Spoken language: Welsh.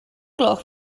gloch